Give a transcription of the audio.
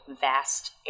vast